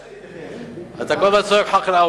ודאי שאני אתייחס, אתה כל הזמן צועק "חק-אלעוודה".